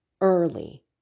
early